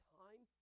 time